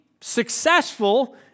successful